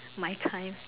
my time